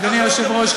אדוני היושב-ראש,